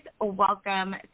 welcome